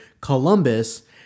Columbus